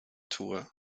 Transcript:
tour